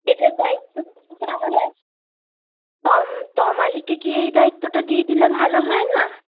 এটার দায়িত্ব তাহলে তমালিকে কি এই দায়িত্বটা দিয়ে দিলে ভালো হয় না